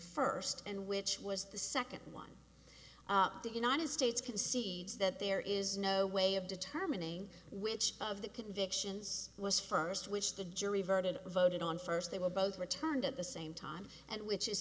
first and which was the second one the united states concedes that there is no way of determining which of the convictions was first which the jury voted voted on first they were both returned at the same time and which is